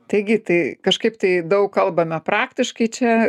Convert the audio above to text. taigi tai kažkaip tai daug kalbame praktiškai čia